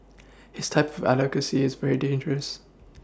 his type of advocacy is very dangerous